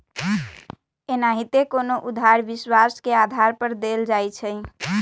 एनाहिते कोनो उधार विश्वास के आधार पर देल जाइ छइ